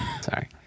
Sorry